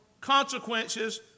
consequences